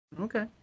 Okay